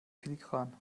filigran